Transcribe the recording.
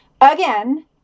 Again